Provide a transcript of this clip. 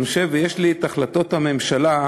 יש לי החלטות הממשלה,